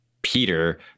Peter